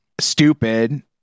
stupid